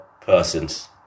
persons